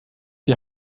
die